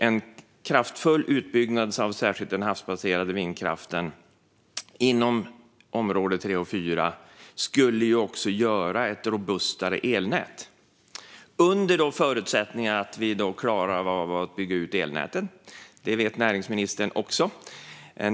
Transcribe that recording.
En kraftfull utbyggnad av särskilt den havsbaserade vindkraften inom dessa områden skulle också göra att det blev ett robustare elnät. Det är under förutsättning att vi klarar att bygga ut elnäten. Det vet också näringsministern.